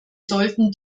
sollten